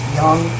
young